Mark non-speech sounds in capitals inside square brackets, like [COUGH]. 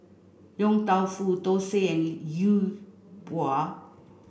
Yong Tau Foo Thosai and [UNINTELLIGIBLE] Bua